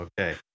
Okay